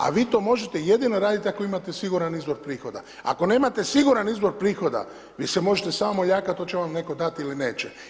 A vi to možete jedino radit ako imate siguran izvor prihoda, ako nemate siguran izvor prihoda vi se možete samo moljakat oče vam netko dat ili neće.